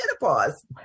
menopause